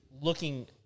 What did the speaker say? looking